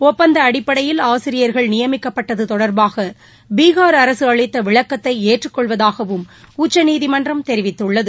ஒப்பந்தஅடிப்படையில் ஆசிரியர்கள் நியமிக்கப்பட்டதுதொடர்பாகபீகார் அரசுஅளித்தவிளக்கத்தைஏற்றுக் கொள்வதாகவும் உச்சநீதிமன்றம் தெரிவித்துள்ளது